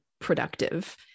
productive